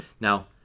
Now